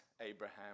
Abraham